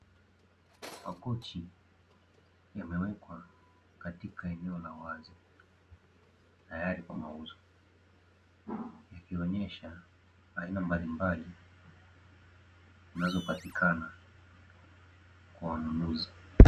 Makochi yamewekwa katika eneo la wazi, tayari kwa mauzo, ikionyesha aina mbalimbali zinazopatikana kwa wanunuzi.